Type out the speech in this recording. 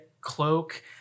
cloak